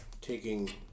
taking